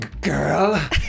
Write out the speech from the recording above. Girl